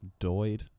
doid